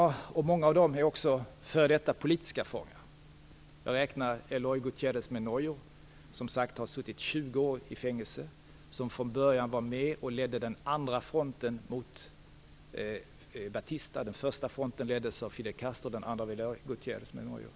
Många av dem är också f.d. politiska fångar. Jag räknar Eloy Gutierrez Menoyo, vilken som sagt har suttit 20 år i fängelse, som min vän. Han var med från början och ledde den andra fronten mot Batista. Den första leddes av Fidel Castro, den andra av Eloy Gutierrez Menoyo.